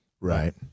right